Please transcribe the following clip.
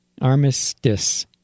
Armistice